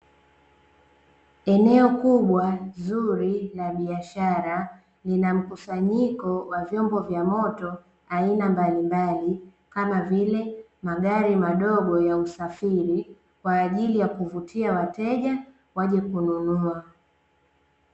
Eneo kubwa zuri la biashara lina mkusanyiko wa vyombo vya moto aina mbalimbali kama vile magari madogo ya usafiri kwa ajili ya kuvutia wateja waje kununua.